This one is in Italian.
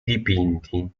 dipinti